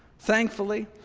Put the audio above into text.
thankfully,